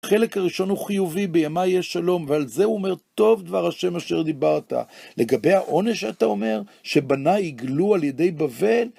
חלק הראשון הוא חיובי, בימיי יש שלום, ועל זה הוא אומר: טוב דבר ה' אשר דיברת. לגבי העונש שאתה אומר, שבניי הגלו על ידי בבל?